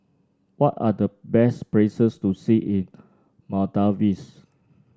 what are the best places to see in Maldives